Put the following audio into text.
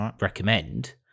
recommend